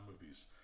movies